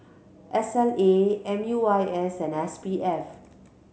S L A M U I S and S P F